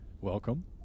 welcome